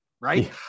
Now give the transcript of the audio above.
right